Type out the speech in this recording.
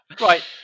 right